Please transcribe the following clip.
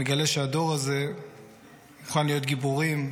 מגלה שהדור הזה מוכן להיות גיבורים,